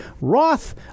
Roth